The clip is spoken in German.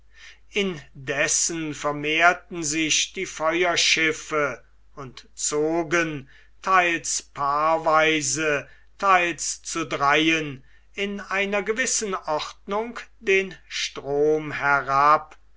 indessen vermehrten sich die feuerschiffe und zogen theils paarweise theils zu dreien in einer gewissen ordnung den strom herab